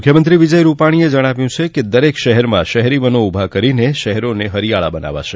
મુખ્યમંત્રી વિજય રૂપાણીએ જણાવ્યું કે દરેક શહેરમાં શહેરીવનો ઉભા કરીને શહેરોને હરિયાળા બનાવાશે